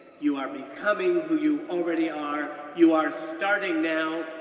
you are becoming who you already are, you are starting now,